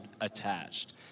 attached